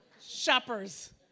shoppers